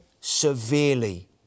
severely